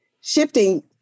Shifting